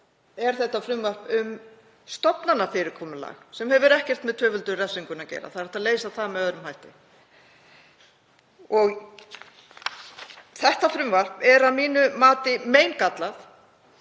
vegar er það um stofnanafyrirkomulag, sem hefur ekkert með tvöföldun refsinguna að gera. Það er hægt að leysa það með öðrum hætti. Þetta frumvarp er að mínu mati meingallað.